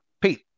Pete